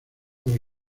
por